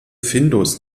findus